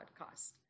podcast